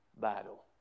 battle